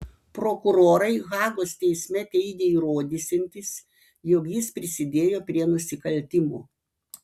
prokurorai hagos teisme teigė įrodysiantys jog jis prisidėjo prie nusikaltimų